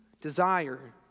desire